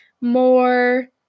more